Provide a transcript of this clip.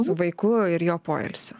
su vaiku ir jo poilsiu